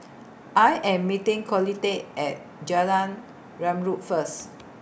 I Am meeting Colette At Jalan Zamrud First